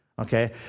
okay